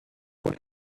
what